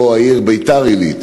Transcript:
או העיר ביתר-עילית,